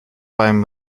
beim